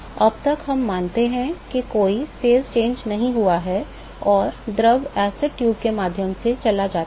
अब तक हम मानते हैं कि कोई चरण परिवर्तन नहीं हुआ है और द्रव एसिड ट्यूब के माध्यम से चला जाता है